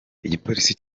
igipolisi